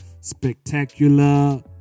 Spectacular